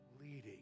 leading